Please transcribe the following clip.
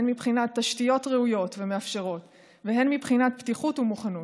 הן מבחינת תשתיות ראויות ומאפשרות והן מבחינת פתיחות ומוכנות.